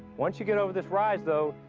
once you get over this rise though,